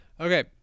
okay